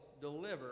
deliver